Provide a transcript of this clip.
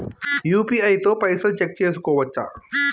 UPI తో పైసల్ check చేసుకోవచ్చా?